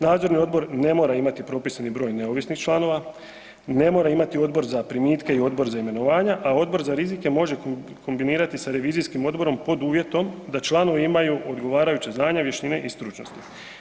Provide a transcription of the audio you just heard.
Nadzorni odbor ne mora imati propisani broj neovisnih članova, ne mora imati Odbor za primitke i Odbor za imenovanja, a Odbor za rizike može kombinirati sa Revizijskih odborom pod uvjetom da članovi imaju odgovarajuće znanja, vještine i stručnosti.